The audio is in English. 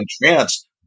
entranced